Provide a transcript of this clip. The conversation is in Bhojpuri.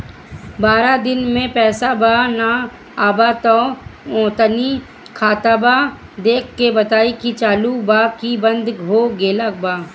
बारा दिन से पैसा बा न आबा ता तनी ख्ताबा देख के बताई की चालु बा की बंद हों गेल बा?